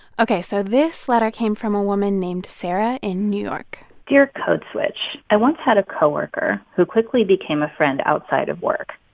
ok. so this letter came from a woman named sarah in new york dear, code switch, i once had a co-worker who quickly became a friend outside of work.